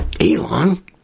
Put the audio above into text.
Elon